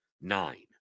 nine